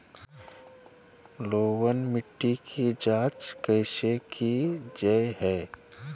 लवन मिट्टी की जच कैसे की जय है?